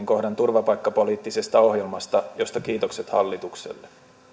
kohdan turvapaikkapoliittisesta ohjelmasta josta kiitokset hallitukselle